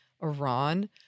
Iran